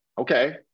okay